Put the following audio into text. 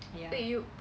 ya